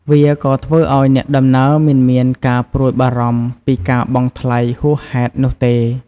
វាក៏ធ្វើឱ្យអ្នកដំណើរមិនមានការព្រួយបារម្ភពីការបង់ថ្លៃហួសហេតុនោះទេ។